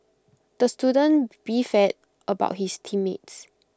the student beefed about his team mates